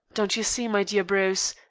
don't you see, my dear bruce,